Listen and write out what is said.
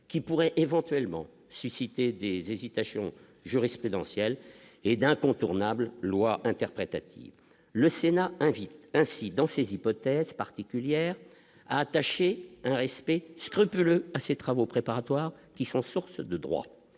qui pourrait éventuellement susciter des hésitations jurisprudentielles et d'incontournable loi interprétative le Sénat invite ainsi dans ces hypothèses particulière attachée au respect scrupuleux à ses travaux préparatoires qui sont source de droit,